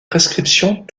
prescriptions